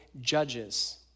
judges